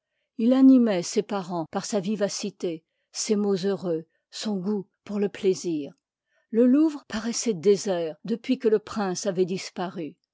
ilanimoit ses parens par sa vivacité ses mots heureux son goût pour le plaisir le louvre paroissoit désert depuis que le prince avoit disparu